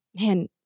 man